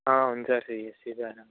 ఆ ఉంది sir CSE join